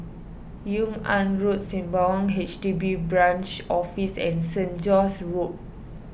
Yung An Road Sembawang H D B Branch Office and Street John's Road